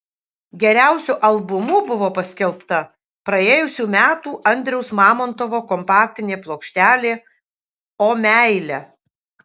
geriausiu albumu buvo paskelbta praėjusių metų andriaus mamontovo kompaktinė plokštelė o meile